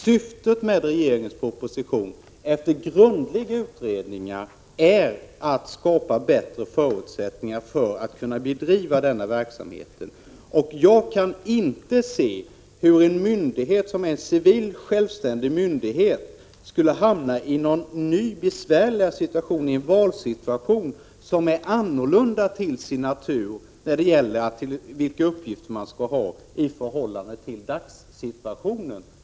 Syftet med regeringens proposition, som kommit till efter grundliga utredningar, är att skapa bättre förutsättningar för att kunna bedriva denna verksamhet. Jag kan inte se hur en civil, självständig myndighet på det här området skulle kunna hamna i en besvärligare situation än i dag eller i en valsituation när det gäller vilka uppgifter man skall ha som till sin natur är annorlunda än dagens.